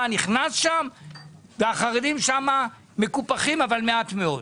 נכנס והחרדים שם מקופחים אבל מעט מאוד.